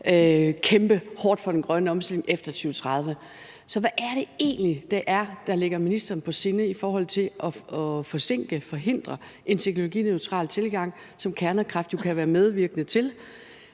kæmpe hårdt for den grønne omstilling efter 2030. Så hvad er det egentlig, der ligger ministeren på sinde i forhold til at forsinke og forhindre en teknologineutral tilgang, som kernekraft jo kan bidrage til?